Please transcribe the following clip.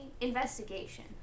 investigation